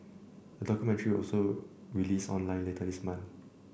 a documentary will also release online later this month